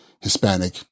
Hispanic